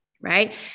right